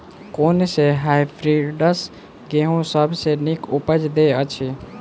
कुन सँ हायब्रिडस गेंहूँ सब सँ नीक उपज देय अछि?